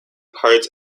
part